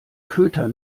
köter